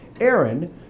Aaron